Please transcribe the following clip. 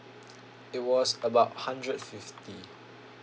it was about hundred fifty